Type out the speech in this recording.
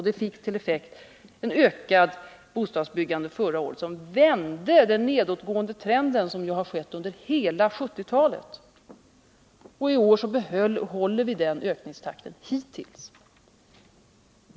Det fick till effekt en ökad bostadsbyggnadsvolym som vände den nedåtgående trend vi haft under hela 1970-talet. I år behåller vi — hittills — ökningstakten.